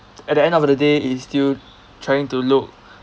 at the end of the day is still trying to look